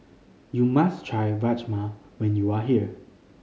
you must try Rajma when you are here